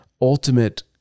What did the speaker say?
ultimate